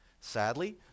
Sadly